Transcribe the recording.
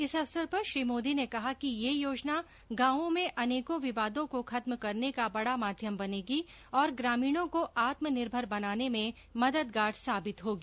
इस अवसर पर श्री मोदी ने कहा कि यह योजना गांवों में अनेकों विवादों को खत्म करने का बड़ा माध्यम बनेगी और ग्रामीणों को आत्मनिर्भर बनाने में मददगार साबित होगी